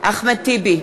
אחמד טיבי,